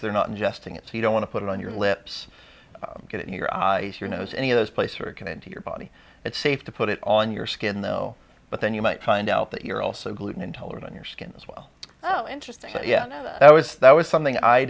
they're not ingesting it so you don't want to put it on your lips get in your eyes your nose any of those places are going into your body it's safe to put it on your skin but then you might find out that you're also gluten intolerant in your skin as well oh interesting yeah that was that was something i